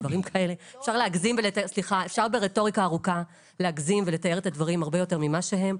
אפשר ברטוריקה ארוכה להגזים ולתאר את הדברים הרבה יותר ממה שהם,